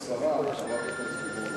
שראש הממשלה צריך להיות, אני,